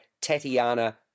Tatiana